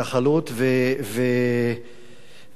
ואני מתייחס פה לבן,